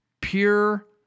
Pure